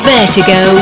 Vertigo